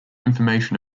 information